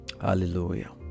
Hallelujah